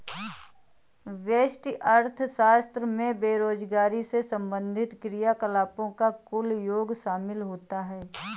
व्यष्टि अर्थशास्त्र में बेरोजगारी से संबंधित क्रियाकलापों का कुल योग शामिल होता है